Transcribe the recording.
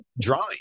drawing